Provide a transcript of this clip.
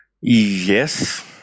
Yes